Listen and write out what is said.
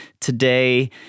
today